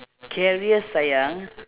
career sayang